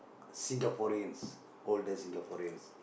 Singaporeans older Singaporeans